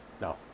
No